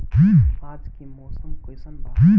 आज के मौसम कइसन बा?